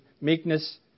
meekness